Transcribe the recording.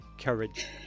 Courage